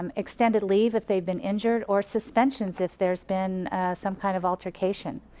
um extended leave if they've been injured or suspensions if there's been some kind of altercation.